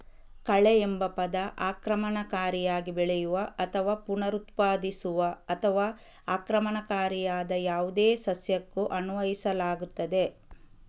ಕಳೆಎಂಬ ಪದ ಆಕ್ರಮಣಕಾರಿಯಾಗಿ ಬೆಳೆಯುವ ಅಥವಾ ಪುನರುತ್ಪಾದಿಸುವ ಅಥವಾ ಆಕ್ರಮಣಕಾರಿಯಾದ ಯಾವುದೇ ಸಸ್ಯಕ್ಕೂ ಅನ್ವಯಿಸಲಾಗುತ್ತದೆ